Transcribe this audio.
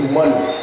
money